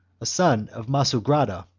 a son of massugrada,